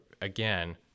Again